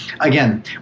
Again